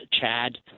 Chad